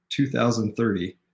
2030